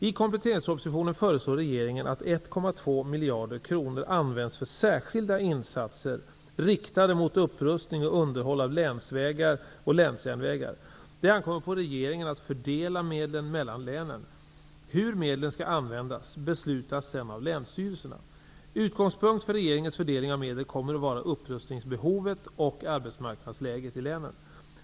I kompletteringspropositionen föreslår regeringen att 1,2 miljarder kronor används för särskilda insatser riktade mot upprustning och underhåll av länsvägar och länsjärnvägar. Det ankommer på regeringen att fördela medlen mellan länen. Hur medlen skall användas beslutas sedan av länsstyrelserna. Utgångspunkt för regeringens fördelning av medel kommer att vara upprustningsbehovet och arbetsmarknadsläget i länen.